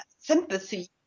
sympathy